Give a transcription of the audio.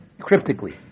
cryptically